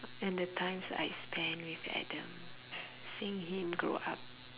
and the times that I spend with adam seeing him grow up